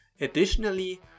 Additionally